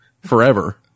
forever